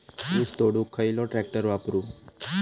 ऊस तोडुक खयलो ट्रॅक्टर वापरू?